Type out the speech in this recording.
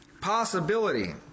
Possibility